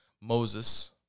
Moses